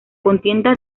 contienda